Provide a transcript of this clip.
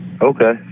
Okay